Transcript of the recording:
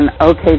okay